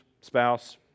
spouse